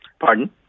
Pardon